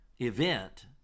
event